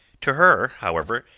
to her, however,